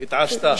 התעשתה.